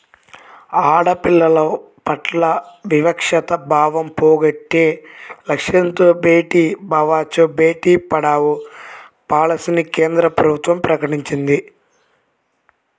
ఆడపిల్లల పట్ల వివక్షతా భావం పోగొట్టే లక్ష్యంతో బేటీ బచావో, బేటీ పడావో పాలసీని కేంద్ర ప్రభుత్వం ప్రకటించింది